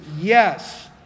yes